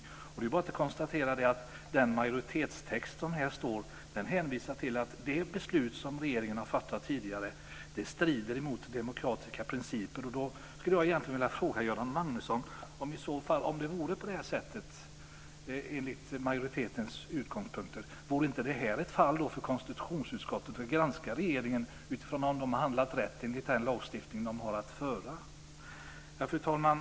Man kan då bara konstatera att majoritetstexten hänvisar till att det beslut som regeringen har fattat tidigare strider mot demokratiska principer. Då skulle jag egentligen vilja ställa en fråga till Göran Magnusson. Om det vore på detta sätt enligt majoritetens utgångspunkter, vore detta då inte ett fall för konstitutionsutskottet att granska om regeringen har handlat rätt enligt den lagstiftning som den har att följa? Fru talman!